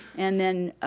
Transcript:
and then,